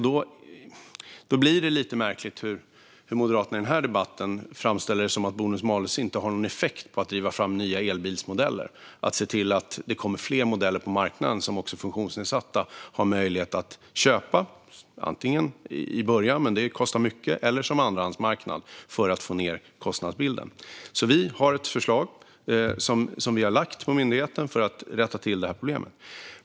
Det är lite märkligt att Moderaterna i denna debatt framställer det som att bonus malus inte har någon effekt på att driva fram nya elbilsmodeller eller se till att det kommer fler modeller på marknaden som också funktionsnedsatta har möjlighet att köpa, antingen från början, vilket kostar mycket, eller på andrahandsmarknaden för att få ned kostnadsbilden. Vi har ett förslag som vi har lagt till myndigheten för att rätta till problemet.